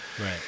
Right